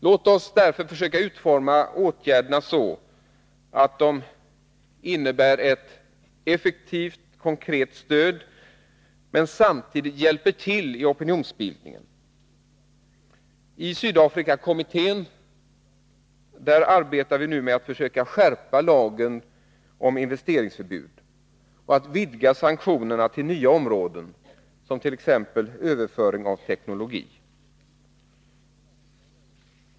Låt oss därför försöka utforma åtgärderna så att de innebär ett effektivt, konkret stöd, men samtidigt hjälper till i opinionsbildningen. Sydafrikakommittén arbetar nu med att försöka skärpa lagen om investeringsförbud och att vidga sanktionerna till nya områden, som t.ex. överföring av teknologi.